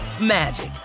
magic